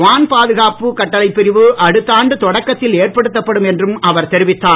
வான் பாதுகாப்பு கட்டளைப் பிரிவு அடுத்தாண்டு தொடக்கத்தில் ஏற்படுத்தப்படும் என்றும் அவர் தெரிவித்தார்